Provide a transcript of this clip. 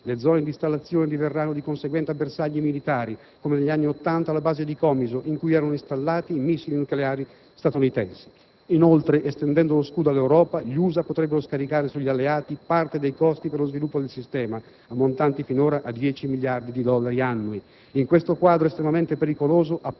le zone di installazione diverranno di conseguenza bersagli militari, come negli anni Ottanta la base di Comiso, in cui erano installati i missili nucleari statunitensi. Inoltre, estendendo lo «scudo» all'Europa, gli USA potrebbero scaricare sugli alleati parte dei costi per lo sviluppo del sistema, ammontanti finora a 10 miliardi di dollari annui. In questo quadro estremamente pericoloso, appare